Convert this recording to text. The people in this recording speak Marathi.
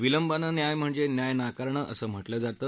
विलंबाने न्याय म्हणजे न्याय नाकारणे असेम्हटले जाते